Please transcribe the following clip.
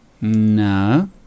no